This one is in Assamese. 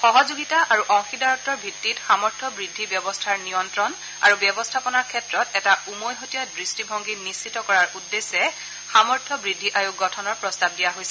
সহযোগিতা আৰু অংশীদাৰত্বৰ ভিত্তিত সামৰ্থ বৃদ্ধি ব্যৱস্থাৰ নিয়ন্ত্ৰণ আৰু ব্যৱস্থাপনাৰ ক্ষেত্ৰত এটা উমৈহতীয়া দৃষ্টিভংগী নিশ্চিত কৰাৰ উদ্দেশ্যে সামৰ্থ বৃদ্ধি আয়োগ গঠনৰ প্ৰস্তাৰ দিয়া হৈছে